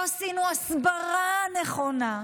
לא עשינו הסברה נכונה.